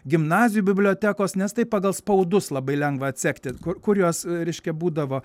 gimnazijų bibliotekos nes tai pagal spaudus labai lengva atsekti ku kur jos reiškia būdavo